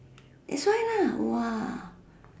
that's why lah !wah!